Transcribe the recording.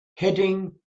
heading